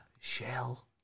shell